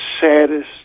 saddest